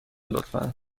لطفا